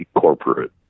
corporate